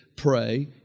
pray